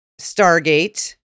Stargate